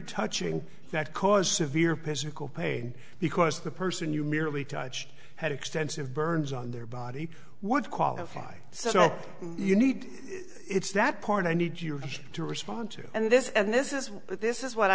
touching that cause severe pisser co pay because the person you merely touch had extensive burns on their body would qualify so you need it's that part i need you to respond to and this and this is this is what